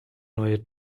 neue